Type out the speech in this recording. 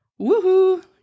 woohoo